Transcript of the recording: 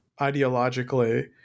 ideologically